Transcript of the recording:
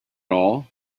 all